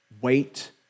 wait